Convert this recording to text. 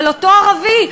אבל אותו ערבי,